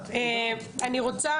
אני רוצה